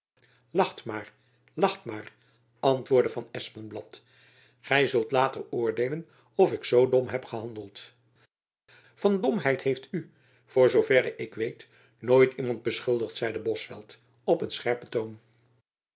lacht maar lacht maar antwoordde van espenblad gy zult later oordeelen of ik zoo dom heb gehandeld van domheid heeft u voor zoo verre ik weet nooit iemand beschuldigd zeide bosveldt op een scherpen toon